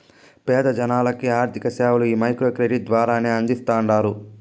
పేద జనాలకి ఆర్థిక సేవలు ఈ మైక్రో క్రెడిట్ ద్వారానే అందిస్తాండారు